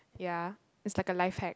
ya it's like a life hack